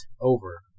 over